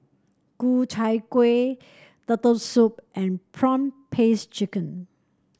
Ku Chai Kueh Turtle Soup and prawn paste chicken